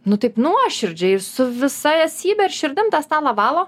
nu taip nuoširdžiai su visa esybe ir širdim tą stalą valo